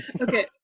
okay